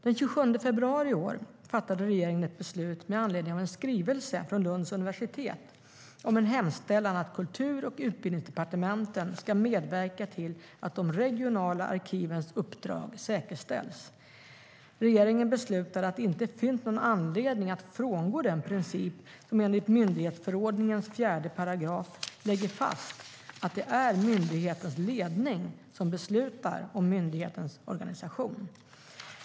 Den 27 februari i år fattade regeringen ett beslut med anledning av en skrivelse från Lunds universitet om en hemställan att Kultur och Utbildningsdepartementen ska medverka till att de regionala arkivens uppdrag säkerställs. Regeringen beslutade att det inte finns någon anledning att frångå den princip som enligt 4 § myndighetsförordningen lägger fast att det är myndighetens ledning som beslutar om myndighetens organisation.